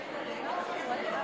אני